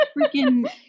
freaking